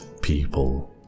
people